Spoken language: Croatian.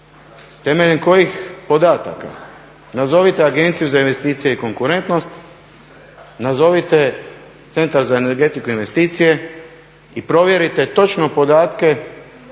Temeljem kojih podataka? Nazovite agenciju za investicije i konkurentnost, nazovite centar za energetiku i investicije i provjerite točno podatke